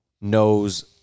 knows